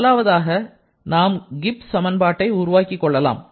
முதலாவதாக நாம் கிப்ஸ் சமன்பாட்டை உருவாக்கிக் கொள்ளலாம்